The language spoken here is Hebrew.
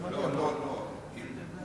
לא, לא, לא.